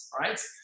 right